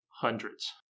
Hundreds